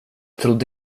trodde